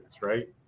right